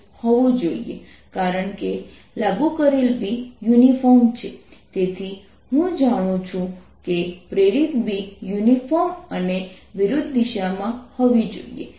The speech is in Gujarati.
કારણ કે લાગુ કરેલ B યુનિફોર્મ છે તેથી હું જાણું છું કે પ્રેરિત B યુનિફોર્મ અને વિરુદ્ધ દિશામાં હોવી જોઈએ